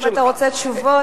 אם אתה רוצה תשובות,